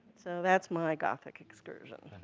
so that's my gothic excursion.